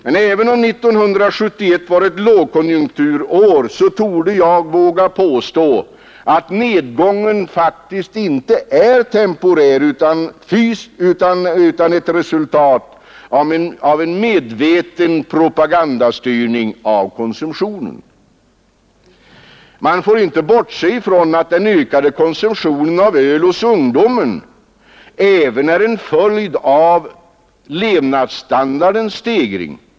Men även om 1971 var ett lågkonjunkturår vågar jag påstå att nedgången inte är temporär utan ett resultat av en medveten propagandastyrning av konsumtionen. Man får inte heller bortse från att ungdomens ökade konsumtion av öl också är en följd av levnadsstandardens stegring.